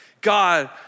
God